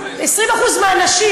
20% מהנשים,